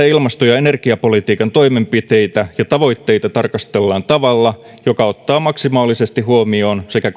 ilmasto ja energiapolitiikan toimenpiteitä ja tavoitteita tavalla joka ottaa maksimaalisesti huomioon sekä